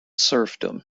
serfdom